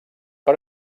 per